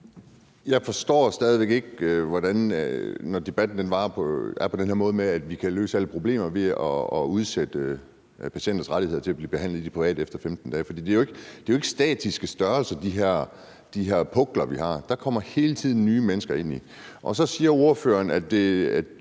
Jeg forstår det stadig væk ikke, når debatten er på den her måde med, at vi kan løse alle problemerne ved at udsætte patienters rettigheder til at blive behandlet i det private efter 15 dage. For de pukler, vi har, er jo ikke statiske størrelser. Der kommer hele tiden nye mennesker ind i det. Så siger ordføreren, at